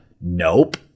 Nope